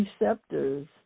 receptors